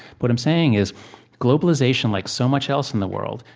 what i'm saying is globalization, like so much else in the world,